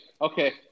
Okay